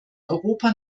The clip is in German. europa